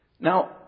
Now